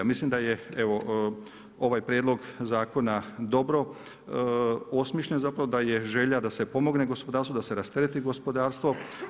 Ja mislim da je evo ovaj prijedlog zakona dobro osmišljen, zapravo da je želja da se pomogne gospodarstvu, da se rastereti gospodarstvo.